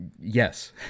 yes